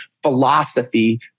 philosophy